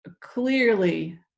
clearly